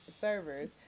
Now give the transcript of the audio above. servers